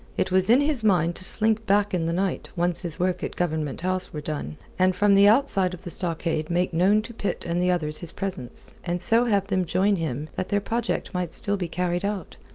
it was in his mind to slink back in the night, once his work at government house were done, and from the outside of the stockade make known to pitt and the others his presence, and so have them join him that their project might still be carried out.